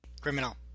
Criminal